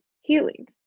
healing